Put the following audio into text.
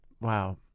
Wow